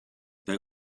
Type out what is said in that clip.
they